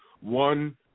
one